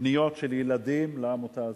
פניות של ילדים לעמותה הזו,